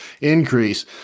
increase